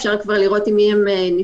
אפשר כבר לראות עם מי הם נפגשו,